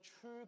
true